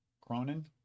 Cronin